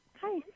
Hi